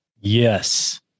Yes